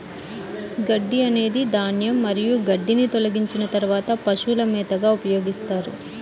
గడ్డి అనేది ధాన్యం మరియు గడ్డిని తొలగించిన తర్వాత పశువుల మేతగా ఉపయోగిస్తారు